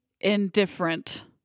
indifferent